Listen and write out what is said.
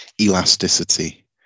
elasticity